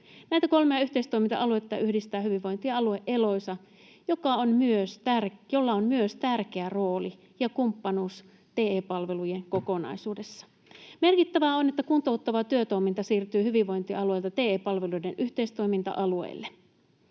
Näitä kolmea yhteistoiminta-aluetta yhdistää hyvinvointialue Eloisa, jolla on myös tärkeä rooli ja kumppanuus TE-palvelujen kokonaisuudessa. Merkittävää on, että kuntouttava työtoiminta siirtyy hyvinvointialueilta TE-palveluiden yhteistoiminta-alueille.